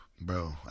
Bro